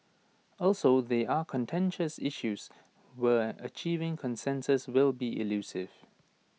also they are contentious issues where achieving consensus will be elusive